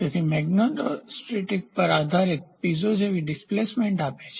તેથીમેગ્નેટોસ્ટ્રિક્ટિવ પર આધારિત પીઝો જેવી ડિસ્પ્લેસમેન્ટ આપે છે